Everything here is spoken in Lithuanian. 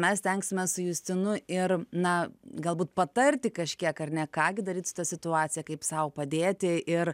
mes stengsimės su justinu ir na galbūt patarti kažkiek ar ne ką gi daryt su ta situacija kaip sau padėti ir